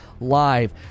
live